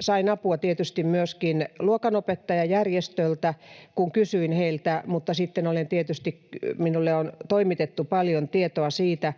Sain apua tietysti myöskin luokanopettajajärjestöltä, kun kysyin heiltä, mutta sitten tietysti minulle on toimitettu paljon tietoa siitä,